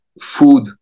food